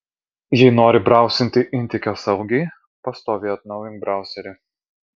jei nori brausinti intike saugiai pastoviai atnaujink brauserį